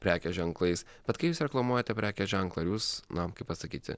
prekės ženklais bet kai jūs reklamuojate prekės ženklą ar jūs na kaip pasakyti